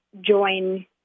join